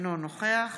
אינו נוכח